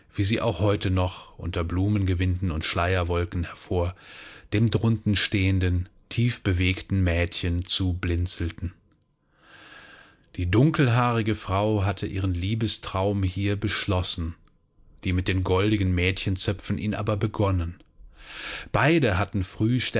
wie sie auch heute noch unter blumengewinden und schleierwolken hervor dem druntenstehenden tiefbewegten mädchen zublinzelten die dunkelhaarige frau hatte ihren liebestraum hier beschlossen die mit den goldigen mädchenzöpfen ihn aber begonnen beide hatten früh